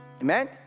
Amen